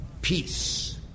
peace